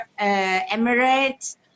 Emirates